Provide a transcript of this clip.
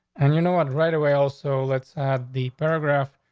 and you know what? right away. also, let's have the paragraph.